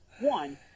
one